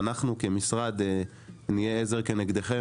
אנחנו במשרד התרבות והספורט נהיה עזר כנגדכם